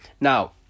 Now